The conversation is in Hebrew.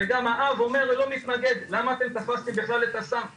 וגם האב אומר שהוא לא מתנגד ושאין סיבה לתפוס את הסם בכלל,